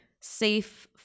safe